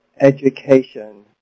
education